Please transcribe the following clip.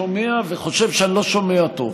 אני לפעמים שומע וחושב שאני לא שומע טוב.